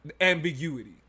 ambiguity